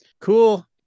Cool